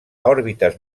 òrbites